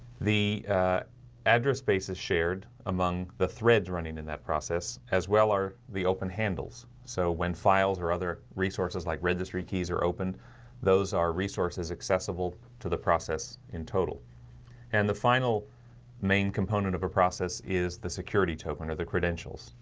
the address space is shared among the threads running in that process as well are the open handles so when files or other resources like registry keys are opened those are resources accessible to the process in total and the final main component of a process is the security token or the credentials.